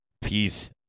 Peace